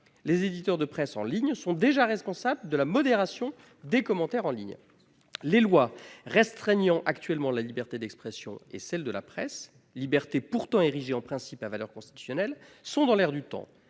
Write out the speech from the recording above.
les éditeurs de presse en ligne sont déjà responsables de la modération des commentaires en ligne. Les lois restreignant actuellement la liberté d'expression et celle de la presse- liberté pourtant érigée en principe à valeur constitutionnelle -sont dans l'air du temps.